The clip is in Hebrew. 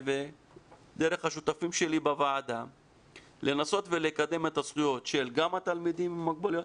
ודרך השותפים שלי בוועדה לקדם את הזכויות גם של התלמידים עם מוגבלויות,